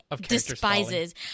despises